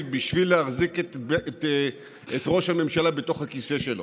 בשביל להחזיק את ראש הממשלה בתוך הכיסא שלו.